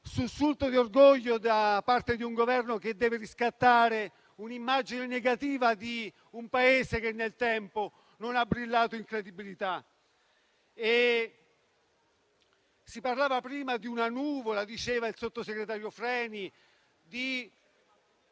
sussulto di orgoglio da parte di un Esecutivo che deve riscattare l'immagine negativa di un Paese che nel tempo non ha brillato in credibilità. Si parlava prima di una nuvola - come diceva il sottosegretario Freni -